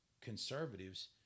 Conservatives